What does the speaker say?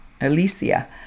Alicia